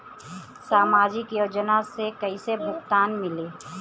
सामाजिक योजना से कइसे भुगतान मिली?